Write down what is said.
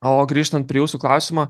o grįžtant prie jūsų klausimo